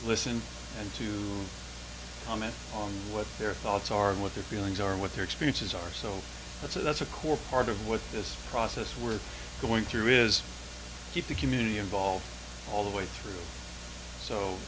listen and to comment on what their thoughts are and what their feelings are and what their experiences are so that's a that's a core part of what this process we're going through is the community involved all the way through so